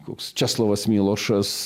koks česlovas milošas